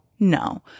No